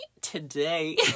today